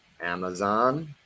Amazon